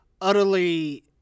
utterly